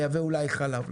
לייבא אולי חלב.